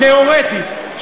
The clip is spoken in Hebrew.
תיאורטית,